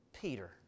Peter